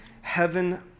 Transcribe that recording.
heaven